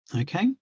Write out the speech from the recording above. okay